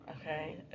okay